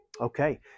okay